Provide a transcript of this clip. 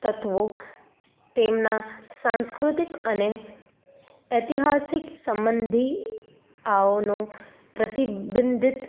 તત્વો તેમનાં સાંસ્કૃતિક અને ઐતિહાસિક સબંધી આવનો પ્રતિબિંબિત